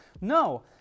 no